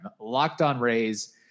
LockedOnRays